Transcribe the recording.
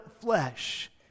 flesh